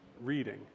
reading